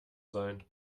sein